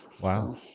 Wow